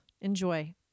Enjoy